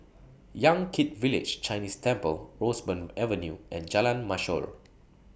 Yan Kit Village Chinese Temple Roseburn Avenue and Jalan Mashor